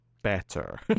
better